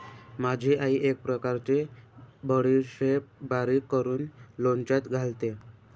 माझी आई एक प्रकारची बडीशेप बारीक करून लोणच्यात घालते